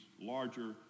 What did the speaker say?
larger